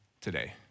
today